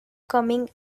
coming